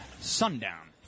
Sundown